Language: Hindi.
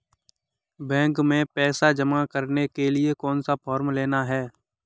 बैंक में पैसा जमा करने के लिए कौन सा फॉर्म लेना है?